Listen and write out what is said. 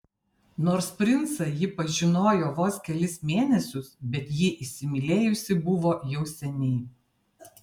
nors princą ji pažinojo vos kelis mėnesius bet jį įsimylėjusi buvo jau seniai